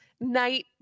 night